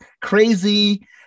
crazy